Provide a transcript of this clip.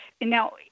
Now